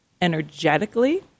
energetically